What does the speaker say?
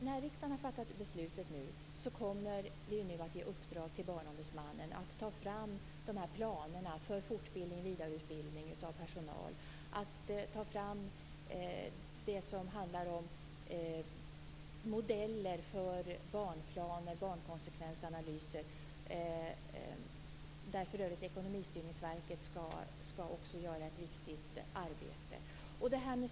När riksdagen nu har fattat beslutet kommer vi att ge uppdrag till Barnombudsmannen att ta fram planer för fortbildning och vidareutbildning av personal och att ta fram modeller för barnplaner och barnkonsekvensanalyser, där för övrigt Ekonomistyrningsverket också skall göra ett viktigt arbete.